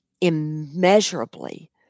immeasurably